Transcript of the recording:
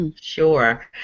Sure